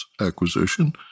acquisition